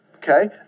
Okay